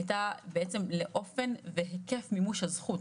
הייתה בעצם לאופן והיקף מימוש הזכות,